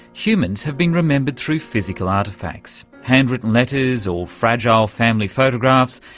humans have been remembered through physical artefacts. handwritten letters or fragile family photographs,